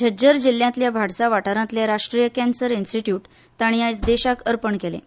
झज्जर जिल्ल्यांतल्या भाडसा वाठारांतले राष्ट्रीय कॅन्सर इन्स्टिट्यूट तांणी आयज देशाक अर्पण केलें